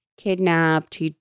kidnapped